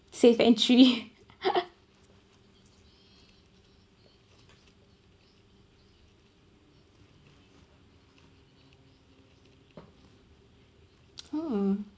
save entry hmm